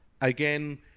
again